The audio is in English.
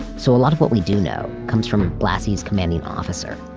so a lot of what we do know comes from blassi's commanding officer,